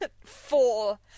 Four